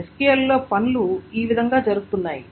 SQL లో పనులు ఈ విధంగా జరుగుతున్నాయి